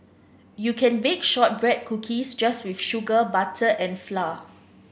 you can bake shortbread cookies just with sugar butter and flour